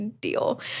deal